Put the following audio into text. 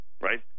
right